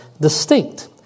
distinct